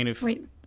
Wait